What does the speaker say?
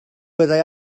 byddai